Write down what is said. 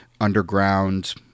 underground